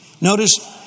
Notice